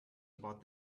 about